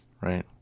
Right